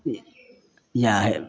की यएह अइ